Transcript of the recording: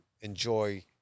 enjoy